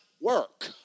work